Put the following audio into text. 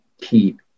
keep